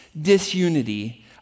disunity